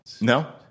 No